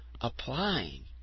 applying